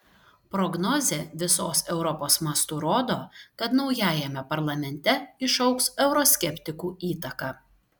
prognozė visos europos mastu rodo kad naujajame parlamente išaugs euroskeptikų įtaka